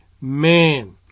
man